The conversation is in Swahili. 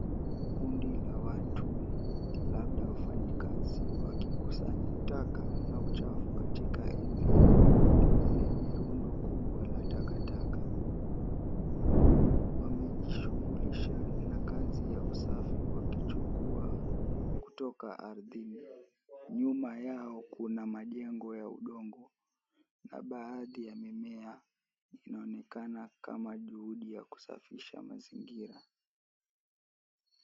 Kundi la watu, labda wafanyikazi wakikusanya taka na uchufu katika eneo lenye rundo kubwa la takataka. Wamejishughulisha na kazi ya usafi wakichukua kutoka ardhini. Nyuma yao kuna majengo ya udongo na baadhi ya mimea inaonekana kama juhudi ya kusafisha mazingira.